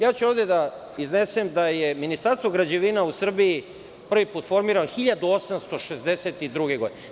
Ja ću ovde da iznesem da je Ministarstvo građevina u Srbiji prvi put formirano 1862. godine.